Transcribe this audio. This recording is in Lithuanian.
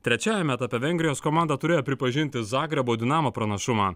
trečiajame etape vengrijos komanda turėjo pripažinti zagrebo dinamo pranašumą